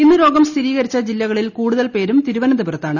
ഇന്ന് രോഗം സ്ഥിരീകരിച്ച ജില്ലകളിൽ കൂടുതൽ പേരും തിരുവനന്തപുരത്താണ്